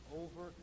over